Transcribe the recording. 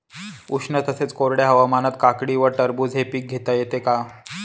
उष्ण तसेच कोरड्या हवामानात काकडी व टरबूज हे पीक घेता येते का?